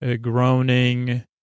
groaning